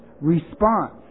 response